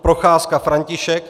Procházka František